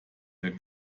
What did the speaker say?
der